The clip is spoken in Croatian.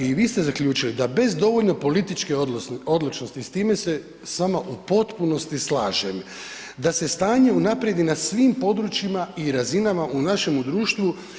I vi ste zaključili da bez dovoljno političke odlučnosti, s time se s vama u potpunosti slažem, da se stanje unaprijedi na svim područjima i razinama u našem društvu.